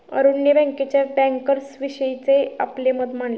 अरुणने बँकेच्या बँकर्सविषयीचे आपले मत मांडले